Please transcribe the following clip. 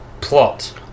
plot